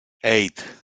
eight